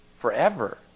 Forever